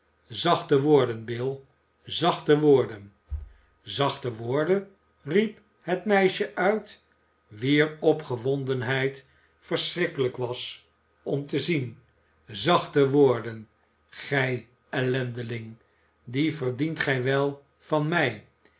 zachte woorden zachte woorden riep het meisje uit wier opgewondenheid verschrikkelijk was om te zien zachte woorden gij ellendeling die verdient gij wel van mij